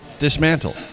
Dismantle